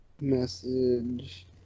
Message